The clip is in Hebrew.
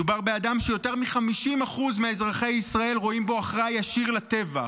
מדובר באדם שיותר מ-50% מאזרחי ישראל רואים בו אחראי ישיר לטבח.